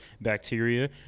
bacteria